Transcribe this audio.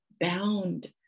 bound